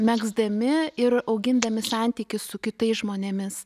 megzdami ir augindami santykį su kitais žmonėmis